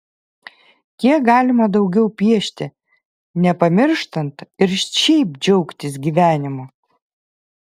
kiek galima daugiau piešti nepamirštant ir šiaip džiaugtis gyvenimu